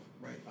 right